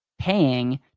paying